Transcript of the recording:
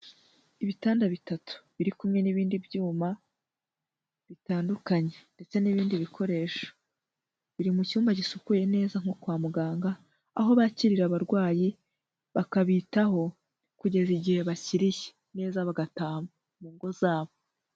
Ibitanda bitatu biri kumwe n'ibindi byuma bitandukanye ndetse n'ibindi bikoresho, biri mu cyumba gisukuye neza nko kwa muganga, aho bakirira abarwayi bakabitaho kugeza igihe bakiriye neza bagataha mu ngo zabo.